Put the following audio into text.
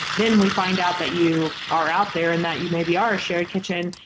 then we find out that you are out there and that you may be our ah shared kitchen.